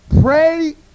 Pray